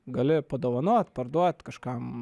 gali padovanot parduot kažkam